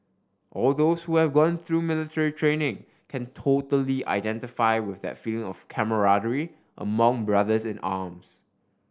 all those who have gone through military training can totally identify with that feeling of camaraderie among brothers in arms